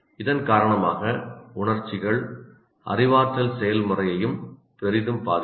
இதன் காரணமாக உணர்ச்சிகள் அறிவாற்றல் செயல்முறையையும் பெரிதும் பாதிக்கும்